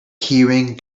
keyring